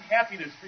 happiness